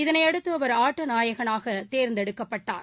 இதனை அடுத்து அவர் ஆட்ட நாயகனாக தேர்ந்தெடுக்கப்பட்டார்